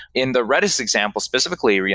in the redis example specifically,